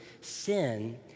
sin